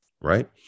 right